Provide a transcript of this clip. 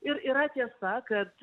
ir yra tiesa kad